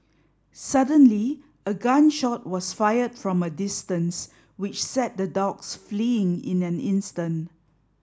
suddenly a gun shot was fired from a distance which sent the dogs fleeing in an instant